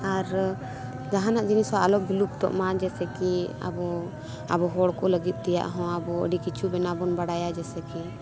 ᱟᱨ ᱡᱟᱦᱟᱱᱟᱜ ᱡᱤᱱᱤᱥ ᱦᱚᱸ ᱟᱞᱚ ᱵᱤᱞᱩᱯᱛᱚᱜ ᱢᱟ ᱡᱮᱭᱥᱮ ᱠᱤ ᱟᱵᱚ ᱟᱵᱚ ᱦᱚᱲ ᱠᱚ ᱞᱟᱹᱜᱤᱫ ᱛᱮᱱᱟᱜ ᱦᱚᱸ ᱟᱵᱚ ᱟᱹᱰᱤ ᱠᱤᱪᱷᱩ ᱵᱮᱱᱟᱣ ᱵᱚᱱ ᱵᱟᱰᱟᱭᱟ ᱡᱮᱭᱥᱮ ᱠᱤ